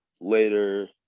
later